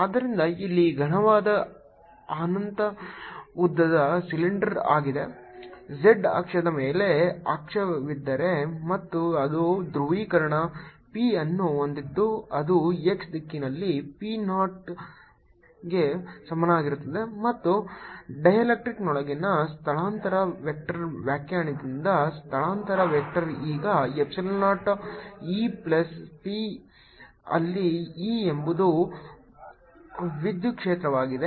ಆದ್ದರಿಂದ ಇಲ್ಲಿ ಘನವಾದ ಅನಂತ ಉದ್ದದ ಸಿಲಿಂಡರ್ ಆಗಿದೆ z ಅಕ್ಷದ ಮೇಲೆ ಅಕ್ಷವಿದ್ದರೆ ಮತ್ತು ಅದು ಧ್ರುವೀಕರಣ p ಅನ್ನು ಹೊಂದಿದ್ದು ಅದು x ದಿಕ್ಕಿನಲ್ಲಿ p ನಾಟ್ಗೆ ಸಮನಾಗಿರುತ್ತದೆ ಮತ್ತು ಡೈಎಲೆಕ್ಟ್ರಿಕ್ನೊಳಗಿನ ಸ್ಥಳಾಂತರ ವೆಕ್ಟರ್ ವ್ಯಾಖ್ಯಾನದಿಂದ ಸ್ಥಳಾಂತರ ವೆಕ್ಟರ್ ಈಗ epsilon 0 E ಪ್ಲಸ್ p ಅಲ್ಲಿ E ಎಂಬುದು ವಿದ್ಯುತ್ ಕ್ಷೇತ್ರವಾಗಿದೆ